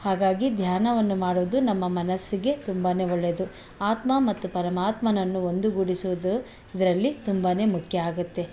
ಹಾಗಾಗಿ ಧ್ಯಾನವನ್ನು ಮಾಡುವುದು ನಮ್ಮ ಮನಸ್ಸಿಗೆ ತುಂಬನೇ ಒಳ್ಳೇದು ಆತ್ಮ ಮತ್ತು ಪರಮಾತ್ಮನನ್ನು ಒಂದು ಗೂಡಿಸುವುದು ಇದರಲ್ಲಿ ತುಂಬನೇ ಮುಖ್ಯ ಆಗುತ್ತೆ